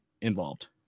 involved